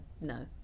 no